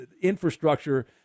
infrastructure